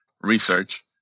research